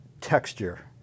texture